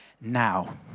now